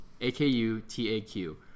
A-K-U-T-A-Q